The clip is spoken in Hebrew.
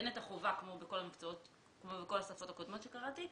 אין את החובה כמו בכל השפות הקודמות שקראתי,